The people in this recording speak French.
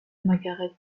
margaret